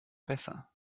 besser